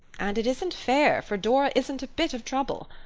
and it isn't fair, for dora isn't a bit of trouble.